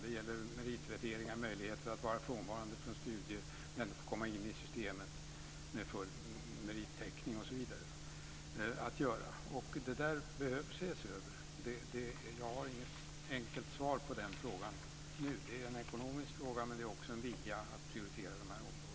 Det gäller meritvärdering, möjlighet att vara frånvarande från studier men ändå få komma in i systemet med full meritförteckning osv. Det har med det att göra. Det behöver ses över. Jag har inget enkelt svar på frågan nu. Det är en ekonomisk fråga, men det handlar också naturligtvis om en vilja att prioritera de här områdena.